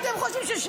לא, אני רוצה שתקשיב.